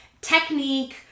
technique